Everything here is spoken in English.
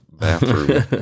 bathroom